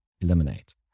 eliminate